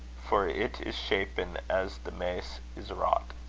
for it is shapen as the mase is wrought.